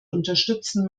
unterstützen